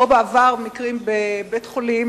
ובעבר היו מקרים בבית-החולים